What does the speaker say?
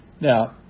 Now